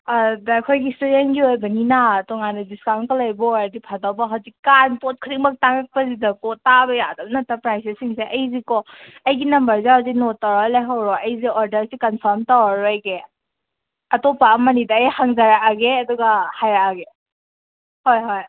ꯑꯗ ꯑꯩꯈꯣꯏꯒꯤ ꯏꯁꯇꯨꯗꯦꯟꯒꯤ ꯑꯣꯏꯕꯅꯤꯅ ꯇꯣꯡꯉꯥꯟꯅ ꯗꯤꯁꯀꯥꯎꯟꯀ ꯂꯩꯕ ꯑꯣꯏꯔꯗꯤ ꯐꯗꯧꯕ ꯍꯧꯖꯤꯛꯀꯥꯟ ꯄꯣꯠ ꯈꯨꯗꯤꯡꯃꯛ ꯇꯥꯡꯉꯛꯄꯁꯤꯗꯀꯣ ꯇꯥꯕ ꯌꯥꯗꯕꯅ ꯁꯤꯡꯁꯦ ꯑꯩꯁꯤꯀꯣ ꯑꯩꯒꯤ ꯅꯝꯕꯔꯁꯦ ꯍꯧꯖꯤꯛ ꯅꯣꯠ ꯇꯧꯔ ꯂꯩꯍꯧꯔꯣ ꯑꯩꯁꯦ ꯑꯣꯗꯔꯁꯤ ꯀꯟꯐꯥꯝ ꯇꯧꯔꯔꯣꯏꯒꯦ ꯑꯇꯣꯞꯄ ꯑꯃꯅꯤꯗ ꯑꯩ ꯍꯪꯖꯔꯛꯑꯒꯦ ꯑꯗꯨꯒ ꯍꯥꯏꯔꯛꯑꯒꯦ ꯍꯣꯏ ꯍꯣꯏ